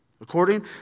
According